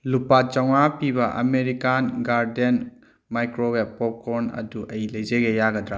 ꯂꯨꯄꯥ ꯆꯝꯃꯉꯥ ꯄꯤꯕ ꯑꯃꯦꯔꯤꯀꯥꯟ ꯒꯥꯔꯗꯦꯟ ꯃꯥꯏꯀ꯭ꯔꯣꯋꯦꯞ ꯄꯣꯞꯀꯣꯔꯟ ꯑꯗꯨ ꯑꯩ ꯂꯩꯖꯒꯦ ꯌꯥꯒꯗ꯭ꯔꯥ